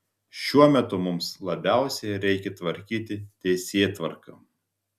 šiuo metu mums labiausiai reikia tvarkyti teisėtvarką